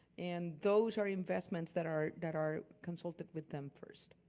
and those are investments that are that are consulted with them first.